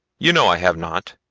you know i have not.